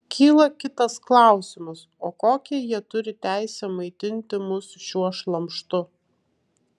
kyla kitas klausimas o kokią jie turi teisę maitinti mus šiuo šlamštu